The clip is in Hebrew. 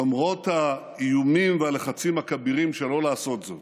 למרות האיומים והלחצים הכבירים שלא לעשות זאת,